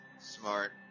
smart